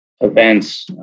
events